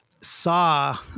saw